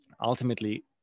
ultimately